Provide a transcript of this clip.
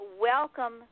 welcome